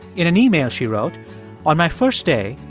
in an email, she wrote on my first day,